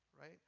right